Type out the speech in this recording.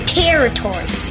territory